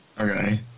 Okay